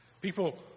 People